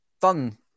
done